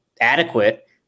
adequate